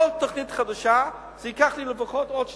כל תוכנית חדשה, זה ייקח לי לפחות עוד שנתיים.